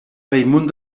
bellmunt